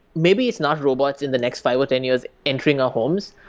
maybe it's not robots in the next five or ten years entering our homes.